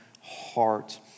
heart